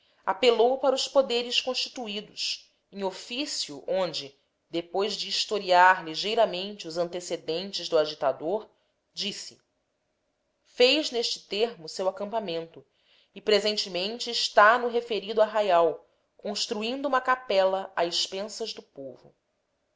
apelou para os poderes constituídos em ofício onde depois de historiar ligeiramente os antecedentes do agitador disse ez neste termo seu acampamento e presentemente está no referido arraial construindo uma capela a expensas do povo